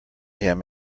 him